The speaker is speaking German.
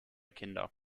kinder